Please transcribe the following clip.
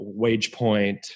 WagePoint